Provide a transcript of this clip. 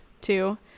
Two